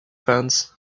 funds